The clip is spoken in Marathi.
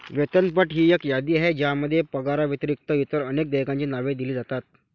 वेतनपट ही एक यादी आहे ज्यामध्ये पगाराव्यतिरिक्त इतर अनेक देयकांची नावे दिली जातात